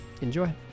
enjoy